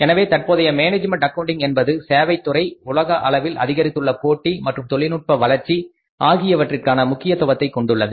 எனவே தற்போதைய management accounting என்பது சேவை துறை உலக அளவில் அதிகரித்துள்ள போட்டி மற்றும் தொழில்நுட்ப வளர்ச்சி ஆகியவற்றிற்கான முக்கியத்துவத்தையும் கொண்டுள்ளது